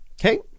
Okay